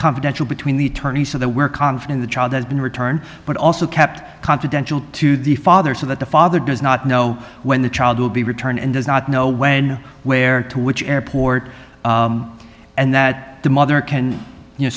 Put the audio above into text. confidential between the attorneys so that we're confident the child has been returned but also kept confidential to the father so that the father does not know when the child will be returned and does not know when where to which airport and that the mother can you know